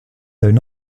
though